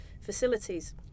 facilities